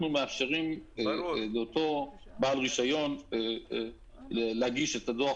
אנחנו מאפשרים לאותו בעל רישיון להגיש את הדוח